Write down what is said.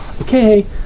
okay